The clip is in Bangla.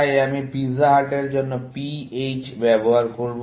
তাই আমি পিৎজা হাটের জন্য PH ব্যবহার করব